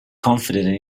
confident